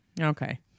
Okay